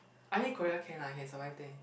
I think Korea can lah can survive it